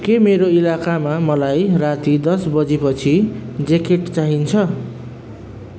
के मेरो इलाकामा मलाई राति दस बजेपछि ज्याकेट चाहिन्छ